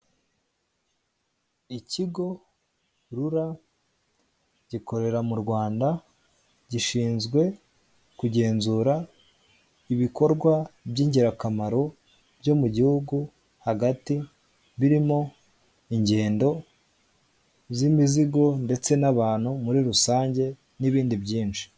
Ikigo rura gikorera mu Rwanda gishinzwe kugenzura ibikorwa by'ingirakamaro byo mu gihugu hagati, birimo ingendo z'imizigo ndetse n'abantu muri rusange n'ibindi byinshi.